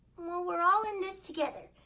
well, we're all in this together.